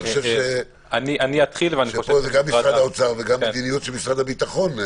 אני חושב שפה זה גם משרד האוצר וגם מדיניות של משרד הביטחון,